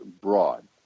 broad